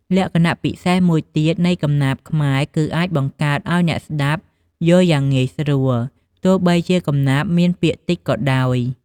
លក្ខណៈពិសេសមួយទៀតនៃកំណាព្យខ្មែរគឺអាចបង្កើតឲ្យអ្នកស្តាប់យល់យ៉ាងងាយ ស្រួល ទោះបីជាកំណាព្យមានពាក្យតិចក៏ដោយ។